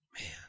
Man